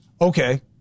Okay